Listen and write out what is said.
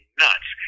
nuts